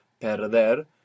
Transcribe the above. perder